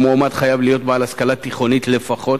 המועמד חייב להיות בעל השכלה תיכונית לפחות,